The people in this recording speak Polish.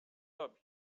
robi